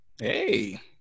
Hey